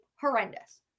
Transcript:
horrendous